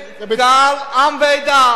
קבל עם ועדה,